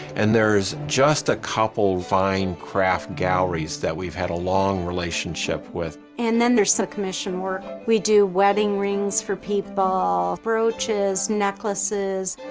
and there's just a couple fine craft galleries that we've had a long relationship with. and then there's some so commission work. we do wedding rings for people, brooches, necklaces.